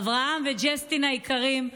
אברהם וג'סטין היקרים,